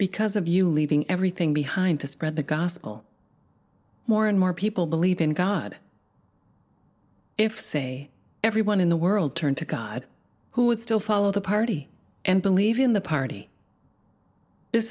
because of you leaving everything behind to spread the gospel more and more people believe in god if say everyone in the world turn to god who would still follow the party and believe in the party this